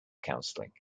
counseling